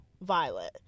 violet